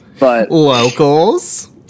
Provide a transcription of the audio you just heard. locals